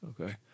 okay